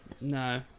No